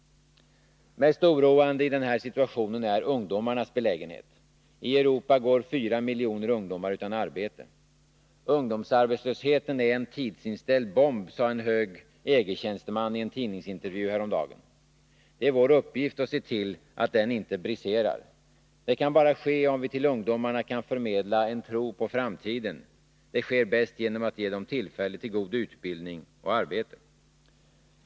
Mest oroande i denna situation är ungdomarnas belägenhet. I Europa går 4 miljoner ungdomar utan arbete. Ungdomsarbetslösheten är en tidsinställd bomb, sade en hög EG-tjänsteman i en tidningsintervju häromdagen. Det är vår uppgift att se till att den inte briserar. Det kan bara ske om vi till ungdomarna kan förmedla en tro på framtiden. Det sker bäst genom att ge dem tillfälle till god utbildning och arbete.